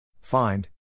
Find